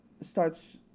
starts